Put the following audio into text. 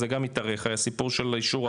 זה גם התארך הסיפור של אישור התארים.